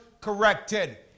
corrected